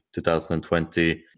2020